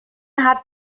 hat